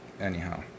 anyhow